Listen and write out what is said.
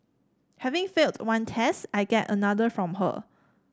having failed one test I get another from her